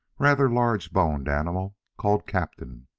rather large-boned animal, called captain.